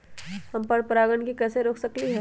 हम पर परागण के कैसे रोक सकली ह?